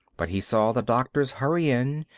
but he saw the doctors hurry in,